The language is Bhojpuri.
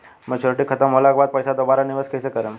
मेचूरिटि खतम होला के बाद पईसा दोबारा निवेश कइसे करेम?